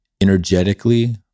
energetically